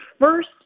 first